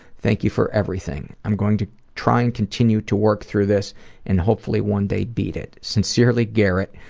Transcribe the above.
thank you for everything. i'm going to try and continue to work through this and hopefully one day beat it. sincerely, garrett.